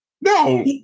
No